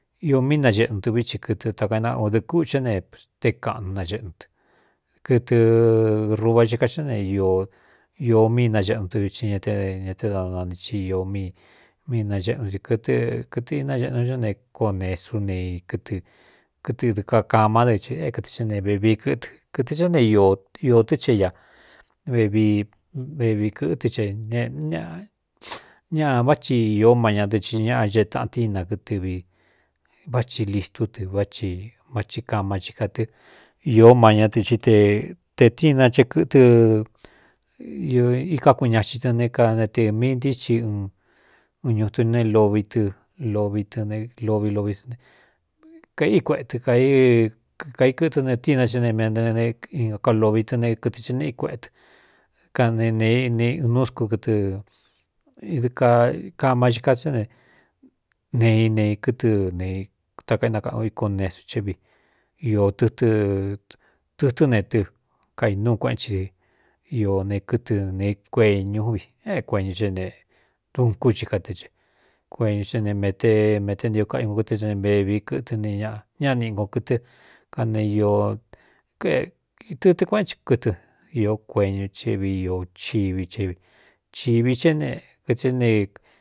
Ió míi naxeꞌnu tɨ vií ti kɨtɨ takaéa ōdɨɨ kúchɨé ne té kaꞌnu naxɨꞌnu tɨ kɨtɨ ruva chika xá ne īó míi naxeꞌnu tɨ vi i ña ña te dana ni i ī mí naxeꞌnu tɨ kɨtɨkɨtɨ inaxeꞌnu cá ne koo nesú ne kɨɨkɨtɨ dɨ ka kamá dɨ ɨ ékɨɨ xé ne vevií kɨtɨ kɨtɨ cá ne iō tɨ́ che ña vevi vevi kɨ̄ɨtɨ che ne ñaꞌa vá thi īó má ña dɨ i ñaꞌ cee tāꞌantína kɨtɨviváthi listú dɨ váthi kama chi kātɨ ió ma ñá dɨ í te te tína che kɨtɨ iká ku ñaxin tɨ ne kane tɨ mí ntí xsi n n ñutu né lovi tɨ lovi tɨne lovi lovi ane kaíi kueetɨ kai kɨtɨ ne tína che ne mentaia kalovi tɨ ne kɨtɨ hé neꞌí kuéꞌetɨ kane neene uun nu scu kɨtɨ idɨ ka kama xi ka á ne nee inei kɨtɨ ntakaénakaꞌnu iko nesu cé vi ɨɨtɨtɨ́n ne tɨ kainúu kuéꞌén cí ɨ i ne kɨtɨ ne kueñú vi é kueñu hé ne duun kúci ka tɨ cɨ kueñu é ne emete ntio kañu ko kɨtɨ n vevi kɨtɨ nñaꞌ niꞌi ko kɨtɨ kane tɨtɨ kuéꞌen cin kɨtɨ īó kueñu ché vi i chiví ché vi chī vi xhé ne kɨɨ é ne.